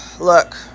look